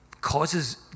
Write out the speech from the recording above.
causes